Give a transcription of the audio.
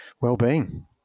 well-being